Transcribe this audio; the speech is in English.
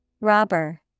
Robber